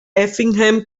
effingham